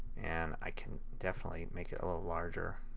and i can definitely make it larger,